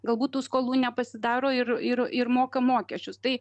galbūt tų skolų nepasidaro ir ir ir moka mokesčius tai